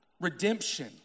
Redemption